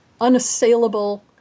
unassailable